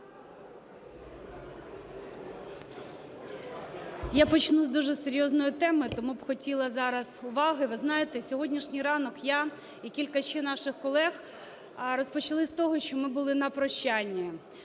Я почну з дуже серйозної теми. Тому б хотіла зараз уваги. Ви знаєте, сьогоднішній ранок я і кілька ще наших колег розпочали з того, що ми були на прощанні.